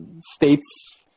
states